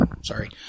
sorry